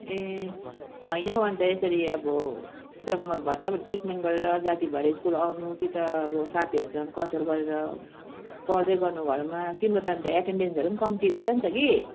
ए होइन हो अन्त यसरी अब कि त अब भटाभट ट्रिटमेन्ट गरेर जाति भएर स्कुल आउनु कि त अब साथीहरूसँग कन्सल्ट गरेर पढ्दै गर्नु घरमा तिम्रो त अन्त एटेन्डेन्सहरू पनि कम्ती रहेछ नि त कि